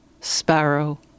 Sparrow